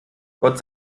gott